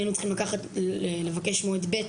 היינו צריכים לבקש מועד ב',